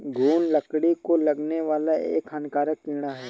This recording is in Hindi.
घून लकड़ी को लगने वाला एक हानिकारक कीड़ा है